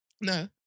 no